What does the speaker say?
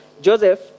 Joseph